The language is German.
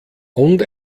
und